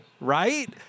right